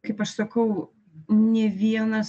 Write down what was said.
kaip aš sakau nė vienas